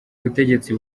ubutegetsi